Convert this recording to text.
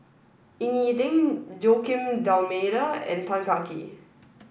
Ying E Ding Joaquim D'almeida and Tan Kah Kee